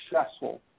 successful